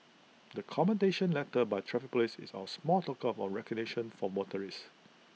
the commendation letter by traffic Police is our small token of recognition for motorists